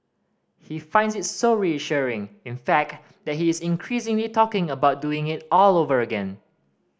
he finds it so reassuring in fact that he is increasingly talking about doing it all over again